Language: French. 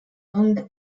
langue